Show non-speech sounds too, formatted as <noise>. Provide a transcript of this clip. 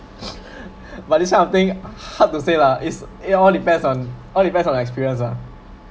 <laughs> <breath> but this kind of thing hard to say lah is it all depends on all depends on experience ah